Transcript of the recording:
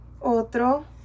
Otro